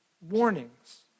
warnings